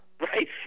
Right